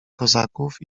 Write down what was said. kozaków